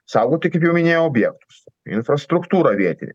saugoti kaip jau minėjau objektus infrastruktūrą vietinę